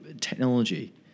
technology